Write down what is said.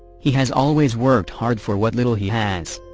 he has always worked hard for what little he has.